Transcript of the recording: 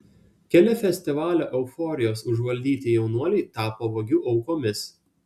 keli festivalio euforijos užvaldyti jaunuoliai tapo vagių aukomis